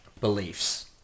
beliefs